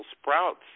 sprouts